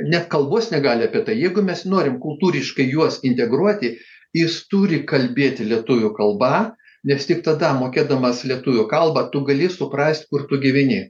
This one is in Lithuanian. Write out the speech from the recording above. net kalbus negali apie tai jeigu mes norim kultūriškai juos integruoti jis turi kalbėti lietuvių kalba nes tik tada mokėdamas lietuvių kalbą tu gali suprast kur tu gyveni